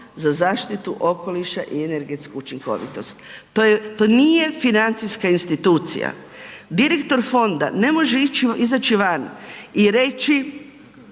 za zaštitu okoliša i energetsku učinkovitost. To nije financijska institucija. Direktor fonda ne može izaći van i reći